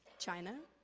china?